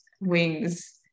wings